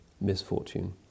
misfortune